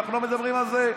אנחנו לא מדברים על זה.